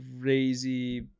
crazy